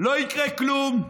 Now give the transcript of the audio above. לא יקרה כלום.